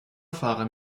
fahre